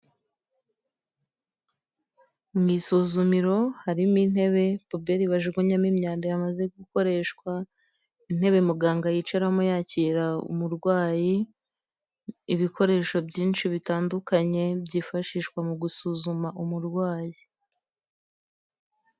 Mu isuzumiro harimo intebe, poubelle bajugunyamo imyanda yamaze gukoreshwa, intebe muganga yicaramo yakira umurwayi, ibikoresho byinshi bitandukanye byifashishwa mu gusuzuma umurwayi.